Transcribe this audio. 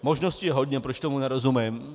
Možností je hodně, proč tomu nerozumím.